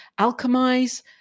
alchemize